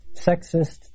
sexist